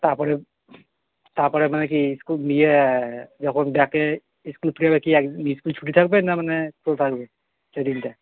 তারপরে তারপরে মানে কি স্কুল নিয়ে যখন দেখে স্কুল ফিরবে কি স্কুল ছুটি থাকবে না মানে থাকবে সেই দিনটা